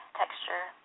texture